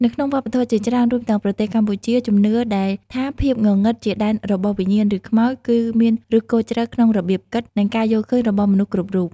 នៅក្នុងវប្បធម៌ជាច្រើន រួមទាំងប្រទេសកម្ពុជា ជំនឿដែលថាភាពងងឹតជាដែនរបស់វិញ្ញាណ ឬខ្មោច គឺមានឫសគល់ជ្រៅក្នុងរបៀបគិត និងការយល់ឃើញរបស់មនុស្សគ្រប់រូប ។